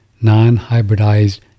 non-hybridized